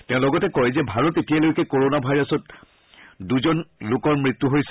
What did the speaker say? তেওঁ কয় যে ভাৰত এতিয়ালৈকে কৰণা ভাইৰাছত দুজন লোকৰ মৃত্যু হৈছে